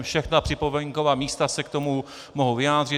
Všechna připomínková místa se k tomu mohou vyjádřit.